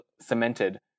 cemented